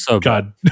God